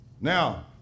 Now